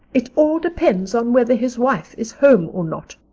it all depends on whether his wife is home or not,